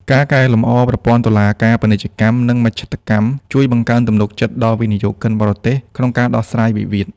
ការកែលម្អប្រព័ន្ធតុលាការពាណិជ្ជកម្ម និងមជ្ឈត្តកម្ម ជួយបង្កើនទំនុកចិត្តដល់វិនិយោគិនបរទេសក្នុងការដោះស្រាយវិវាទ។